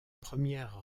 première